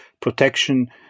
protection